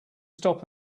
stop